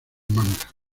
manga